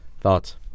Thoughts